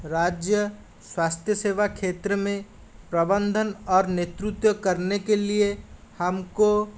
राज्य स्वास्थ्य सेवा क्षेत्र में प्रबंधन और नेतृत्व करने के लिए हम को